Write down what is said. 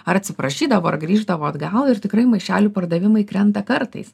ar atsiprašydavo ar grįždavo atgal ir tikrai maišelių pardavimai krenta kartais